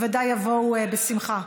הם בוודאי יבואו בשמחה.